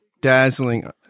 dazzling